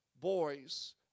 boys